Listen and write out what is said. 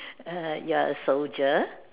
you're a soldier